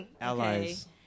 Allies